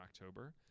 October